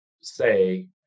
say